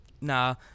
nah